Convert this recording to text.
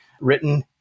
written